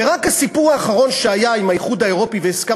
ורק הסיפור האחרון שהיה עם האיחוד האירופי והסכם